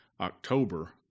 October